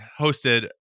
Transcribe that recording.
hosted